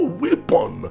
weapon